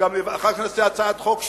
אחר כך נעשה הצעת חוק שלישית.